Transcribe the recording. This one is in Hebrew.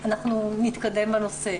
אנחנו נתקדם בנושא.